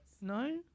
No